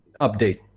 update